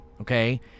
Okay